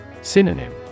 Synonym